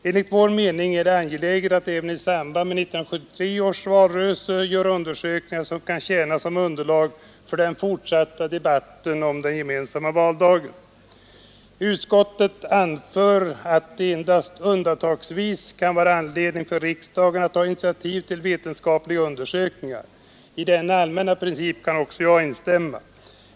Enligt vår mening är det angeläget att även i samband med 1973 års valrörelse göra undersökningar som kan tjäna som underlag för den fortsatta debatten om den gemensamma valdagen. Utskottet anför att det endast undantagsvis kan vara anledning för riksdagen att ta initiativ till vetenskapliga undersökningar. I denna allmänna princip kan även jag instämma.